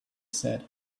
said